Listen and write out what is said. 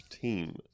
team